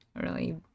really-